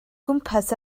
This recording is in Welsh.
gwmpas